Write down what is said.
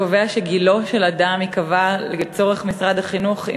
שקובע שגילו של אדם ייקבע לצורך משרד החינוך,